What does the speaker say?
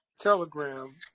Telegram